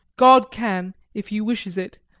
god can, if he wishes it,